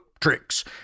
Tricks